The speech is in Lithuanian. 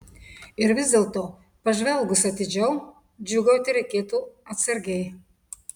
ir vis dėlto pažvelgus atidžiau džiūgauti reikėtų atsargiai